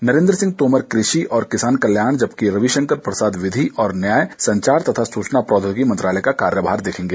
नरेंद्र सिंह तोमर क्रषि और किसान कल्याण जबकि रविशंकर प्रसाद विधि और न्याय संचार तथा सूचना प्रौद्योगिकी मंत्रालय का कार्यभार देखेंगे